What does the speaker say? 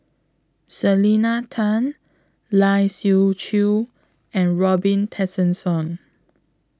Selena Tan Lai Siu Chiu and Robin Tessensohn